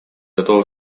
готова